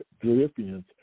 Philippians